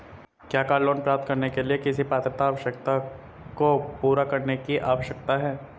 क्या car loan प्राप्त करने के लिए किसी पात्रता आवश्यकता को पूरा करने की आवश्यकता है?